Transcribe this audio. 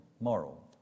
moral